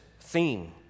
theme